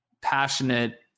passionate